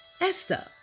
Esther